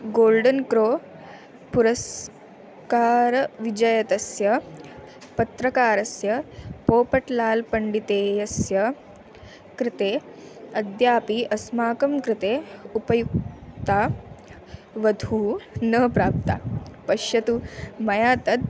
golden crow पुरस्कारविजेतस्य पत्रकारस्य पोपट्लाल् पण्डितेयस्य कृते अद्यापि अस्माकं कृते उपयुक्ता वधूः न प्राप्ता पश्यतु मया तत्